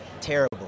terrible